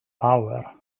power